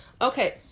okay